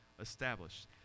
established